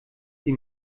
sie